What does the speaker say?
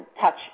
touch